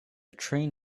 train